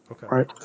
Right